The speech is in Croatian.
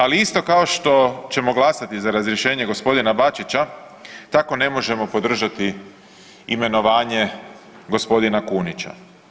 Ali isto kao što ćemo glasati za razrješenje gospodina Bačića tako ne možemo podržati imenovanje gospodina Kunića.